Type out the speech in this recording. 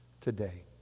today